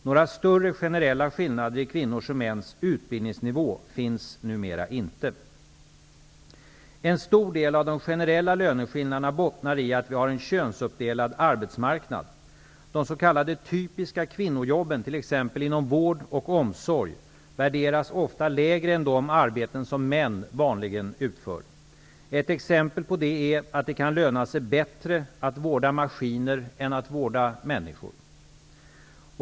Några större generella skillnader i kvinnors och mäns utbildningsnivå finns numera inte. En stor del av de generella löneskillnaderna bottnar i att vi har en könsuppdelad arbetsmarknad. De s.k. typiska kvinnojobben, t.ex. inom vård och omsorg, värderas ofta lägre än de arbeten som män vanligen utför. Ett exempel på detta är att det kan löna sig bättre att vårda maskiner än att vårda människor.